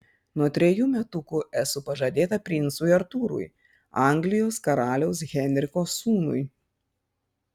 nuo trejų metukų esu pažadėta princui artūrui anglijos karaliaus henriko sūnui